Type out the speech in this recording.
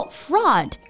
fraud